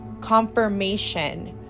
confirmation